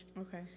Okay